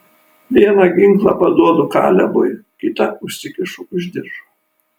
vieną ginklą paduodu kalebui kitą užsikišu už diržo